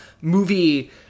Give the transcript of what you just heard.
movie